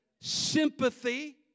Sympathy